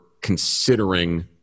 considering